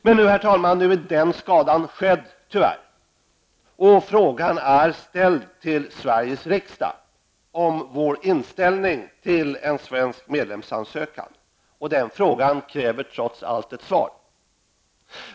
Men, herr talman, nu är tyvärr redan denna skada skedd, och frågan har ställts till Sveriges riksdag om vår inställning till en svensk medlemsansökan. Den frågan kräver trots allt ett svar.